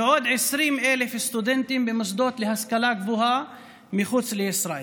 ועוד 20,000 סטודנטים במוסדות להשכלה גבוהה מחוץ לישראל.